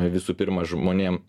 visų pirma žmonėm